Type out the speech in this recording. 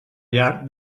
llarg